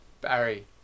Barry